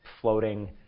floating